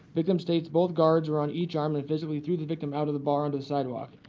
victim states both guards were on each arm and physically threw the victim out of the bar onto the sidewalk.